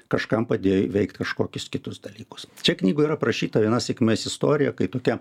kažkam padėjo įveikti kažkokius kitus dalykus čia knygoj yra aprašyta vienos sėkmės istoriją kai tokia